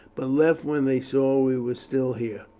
but left when they saw we were still here.